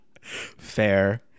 Fair